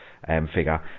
figure